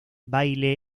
baile